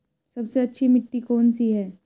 सबसे अच्छी मिट्टी कौन सी है?